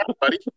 buddy